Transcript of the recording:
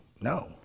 no